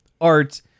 art